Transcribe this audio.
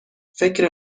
فکر